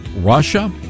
Russia